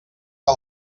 que